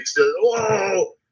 whoa